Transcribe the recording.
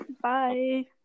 Bye